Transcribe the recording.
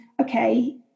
okay